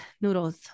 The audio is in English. noodles